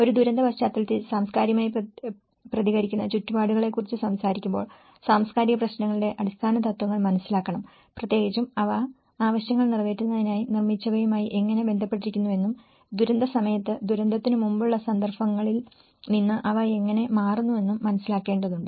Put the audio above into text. ഒരു ദുരന്ത പശ്ചാത്തലത്തിൽ സാംസ്കാരികമായി പ്രതികരിക്കുന്ന ചുറ്റുപാടുകളെക്കുറിച്ച് സംസാരിക്കുമ്പോൾ സാംസ്കാരിക പ്രശ്നങ്ങളുടെ അടിസ്ഥാനതത്വങ്ങൾ മനസ്സിലാക്കണം പ്രത്യേകിച്ചും അവ ആവശ്യങ്ങൾ നിറവേറ്റുന്നതിനായി നിർമ്മിച്ചവയുമായി എങ്ങനെ ബന്ധപ്പെട്ടിരിക്കുന്നുവെന്നും ദുരന്തസമയത്ത് ദുരന്തത്തിന് മുമ്പുള്ള സന്ദർഭത്തിൽ നിന്ന് അവ എങ്ങനെ മാറുന്നുവെന്നും മനസ്സിലാക്കേണ്ടതുണ്ട്